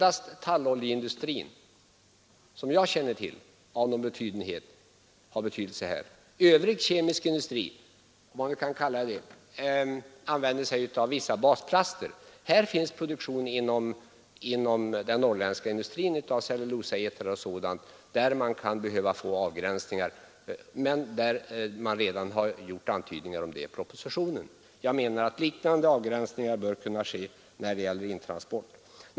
Av de industrier som jag känner är det närmast talloljeindustrin som har någon betydelse här. Övrig kemisk industri använder sig av vissa basplaster. Här finns produktion inom den norrländska industrin, t.ex. av cellulosaetrar, och där kan man behöva få en avgränsning, vilket redan har antytts i propositionen. Jag menar att liknande avgränsningar bör kunna ske när det gäller intransport av andra kemiska produkter.